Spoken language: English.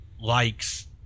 likes